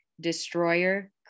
destroyer